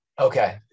Okay